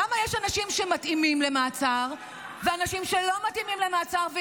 למה יש אנשים שמתאימים למעצר ואנשים שלא מתאימים למעצר?